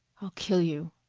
i'll kill you!